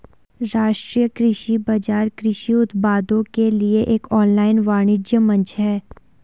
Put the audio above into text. राष्ट्रीय कृषि बाजार कृषि उत्पादों के लिए एक ऑनलाइन वाणिज्य मंच है